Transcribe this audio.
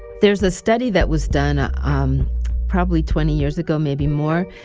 there's a study that was done ah um probably twenty years ago, maybe more,